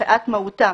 שמפאת מהותה,